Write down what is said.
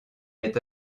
est